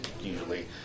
usually